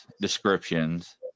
descriptions